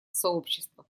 сообщества